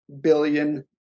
billion